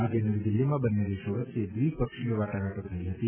આજે નવીદીલ્હીમાં બંને દેશો વચ્ચે દ્વીપક્ષી વાટાઘાટો થઇ હતી